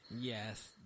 Yes